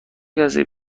کسی